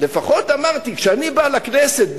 לפחות אמרתי: כשאני בא לכנסת,